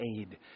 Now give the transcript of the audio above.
aid